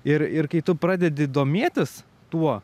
ir ir kai tu pradedi domėtis tuo